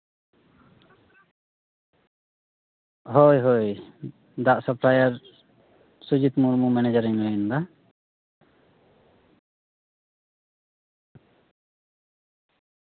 ᱦᱳᱭ ᱦᱳᱭ ᱫᱟᱜ ᱥᱟᱯᱞᱟᱭᱟᱨ ᱥᱩᱡᱤᱛ ᱢᱩᱨᱢᱩ ᱢᱮᱱᱮᱡᱟᱨᱤᱧ ᱢᱮᱱᱫᱟ